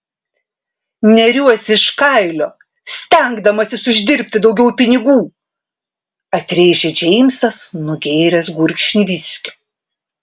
neriuosi iš kailio stengdamasis uždirbti daugiau pinigų atrėžė džeimsas nugėręs gurkšnį viskio